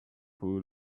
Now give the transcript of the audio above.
food